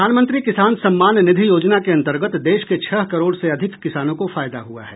प्रधानमंत्री किसान सम्मान निधि योजना के अंतर्गत देश के छह करोड़ से अधिक किसानों को फायदा हुआ है